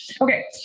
Okay